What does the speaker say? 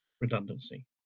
redundancy